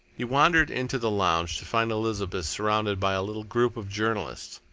he wandered into the lounge to find elizabeth surrounded by a little group of journalists.